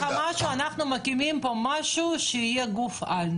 משהו: אנחנו מקימים משהו שיהיה גוף על.